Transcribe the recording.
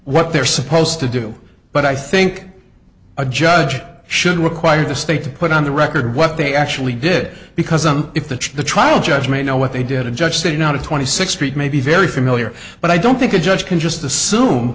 what they're supposed to do but i think a judge should require the state to put on the record what they actually did because i'm if the the trial judge may know what they did a judge said not a twenty six street may be very familiar but i don't think a judge can just assume